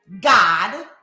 God